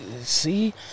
see